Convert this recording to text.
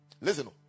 Listen